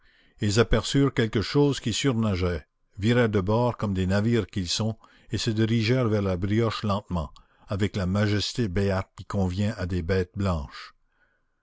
ils aperçurent quelque chose qui surnageait virèrent de bord comme des navires qu'ils sont et se dirigèrent vers la brioche lentement avec la majesté béate qui convient à des bêtes blanches